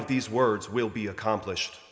of these words will be accomplished